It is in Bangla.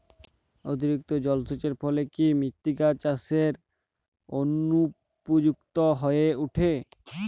অতিরিক্ত জলসেচের ফলে কি মৃত্তিকা চাষের অনুপযুক্ত হয়ে ওঠে?